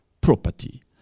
property